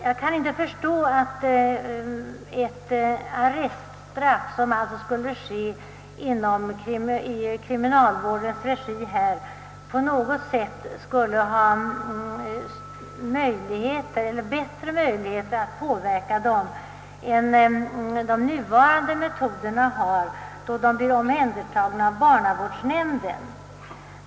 Jag kan inte förstå att ett arreststraff i kriminalvårdens regi skulle kunna påverka dem bättre än de nuvarande metoderna, som innebär att dessa ungdomar blir omhändertagna av barnavårdsnämnden.